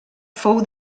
fou